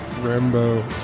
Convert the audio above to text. Rambo